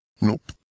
Nope